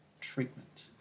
treatment